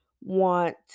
want